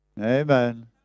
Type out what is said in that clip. Amen